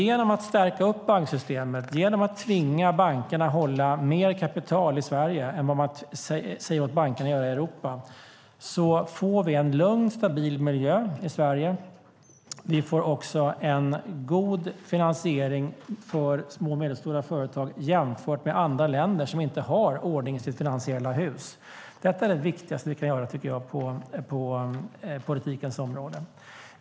Genom att stärka banksystemet och genom att tvinga bankerna att hålla mer kapital i Sverige än vad man säger åt bankerna att göra i Europa får vi en lugn och stabil miljö i Sverige. Vi får också en god finansiering för små och medelstora företag jämfört med andra länder som inte har ordning i sitt finansiella hus. Detta tycker jag är det viktigaste vi kan göra på politikens område.